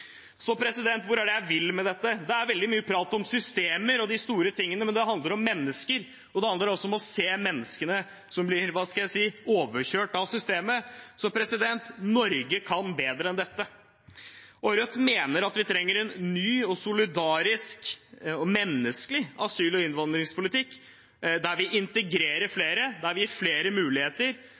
Hvor er det jeg vil med dette? Det er veldig mye prat om systemer og de store tingene, men dette handler om mennesker, og det handler om å se menneskene som blir – hva skal jeg si – overkjørt av systemet. Norge kan bedre enn dette, og Rødt mener at vi trenger en ny, solidarisk og menneskelig asyl- og innvandringspolitikk der vi integrerer flere, der vi gir flere muligheter,